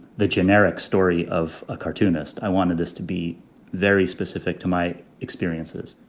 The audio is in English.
the generic story of a cartoonist. i wanted this to be very specific to my experiences